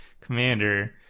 commander